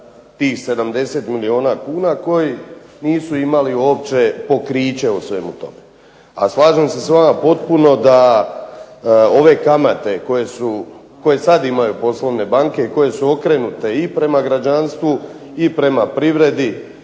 tih 70 milijuna kuna koji nisu imali uopće pokriće u svemu tome. A slažem se s vama potpuno da ove kamate koje sad imaju poslovne banke i koje su okrenute i prema građanstvu i prema privredi,